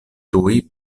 tuj